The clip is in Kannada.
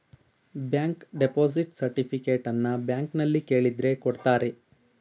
ಬ್ಯಾಂಕ್ ಡೆಪೋಸಿಟ್ ಸರ್ಟಿಫಿಕೇಟನ್ನು ಬ್ಯಾಂಕ್ನಲ್ಲಿ ಕೇಳಿದ್ರೆ ಕೊಡ್ತಾರೆ